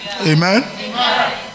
Amen